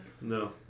No